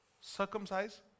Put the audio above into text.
circumcise